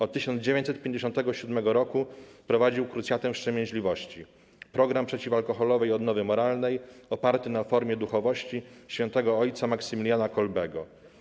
Od 1957 roku prowadził Krucjatę Wstrzemięźliwości - program przeciwalkoholowej odnowy moralnej, oparty na formie duchowości św. ojca Maksymiliana Kolbego.